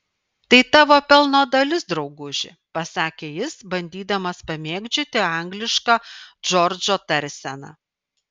tai tavo pelno dalis drauguži pasakė jis bandydamas pamėgdžioti anglišką džordžo tarseną